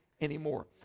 anymore